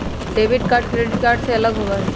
debit card credit card से अलग होबा हई